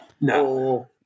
No